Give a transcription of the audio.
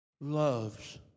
loves